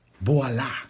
Voila